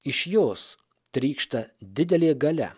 iš jos trykšta didelė galia